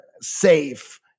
safe